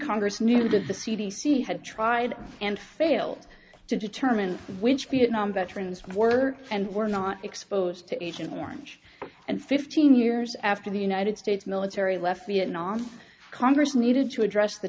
congress knew that the c d c had tried and failed to determine which vietnam veterans were and were not exposed to agent orange and fifteen years after the united states military left vietnam congress needed to address the